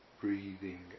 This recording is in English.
breathing